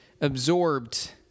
absorbed